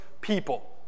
people